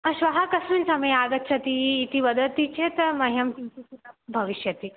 श्वः कस्मिन् समये आगच्छति इति वदति चेत् मह्यं किञ्चित् भविष्यति